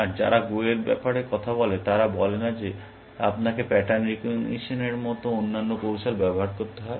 আর যারা গো এর ব্যাপারে কথা বলে তারা বলে যে না আপনাকে প্যাটার্ন রেকগনিজসন এর মতো অন্যান্য কৌশল ব্যবহার করতে হবে